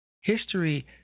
history